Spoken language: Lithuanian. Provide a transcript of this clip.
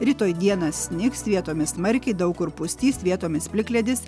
rytoj dieną snigs vietomis smarkiai daug kur pustys vietomis plikledis